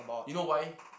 you know why